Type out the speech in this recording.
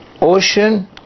ocean